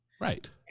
Right